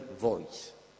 voice